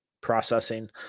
processing